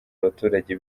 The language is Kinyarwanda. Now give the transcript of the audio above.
abaturage